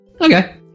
okay